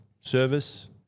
service